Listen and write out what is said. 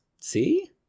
see